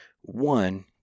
one